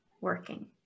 working